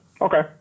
Okay